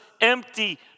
empty